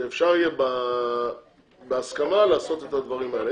שאפשר יהיה בהסכמה לעשות את הדברים האלה.